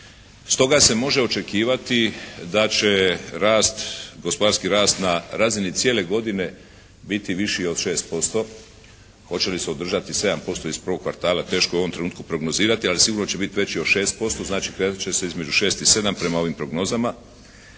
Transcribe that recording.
stoga se može očekivati da će rast, gospodarski rast na razini cijele godine biti viši od 6%. Hoće li se održati 7% iz prvog kvartala teško je u ovom trenutku prognozirati, ali sigurno će biti veći od 6%, znači kretat će se između 6 i 7 prema ovim prognozama.